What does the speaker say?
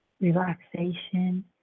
relaxation